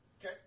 Okay